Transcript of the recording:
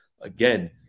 Again